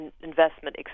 investment